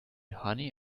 honey